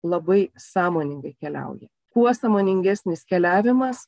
labai sąmoningai keliauja kuo sąmoningesnis keliavimas